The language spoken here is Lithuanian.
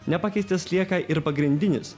nepakeistas lieka ir pagrindinis